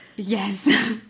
Yes